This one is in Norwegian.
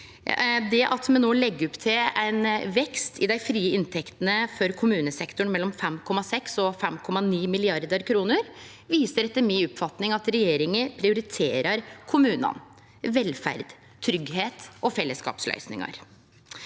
Det at me no legg opp til ein vekst i dei frie inntektene for kommunesektoren på mellom 5,6 og 5,9 mrd. kr, viser etter oppfatninga mi at regjeringa prioriterer kommunane, velferd, tryggleik og fellesskapsløysingar.